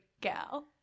Gal